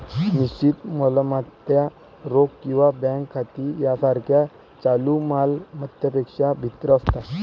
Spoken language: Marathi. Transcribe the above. निश्चित मालमत्ता रोख किंवा बँक खाती यासारख्या चालू माल मत्तांपेक्षा भिन्न असतात